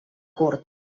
cort